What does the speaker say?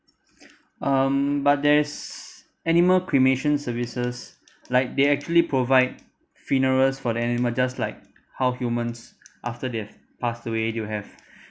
um but there's animal cremation services like they actually provide funerals for the animal just like how humans after they've passed away you have